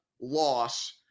loss